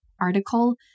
article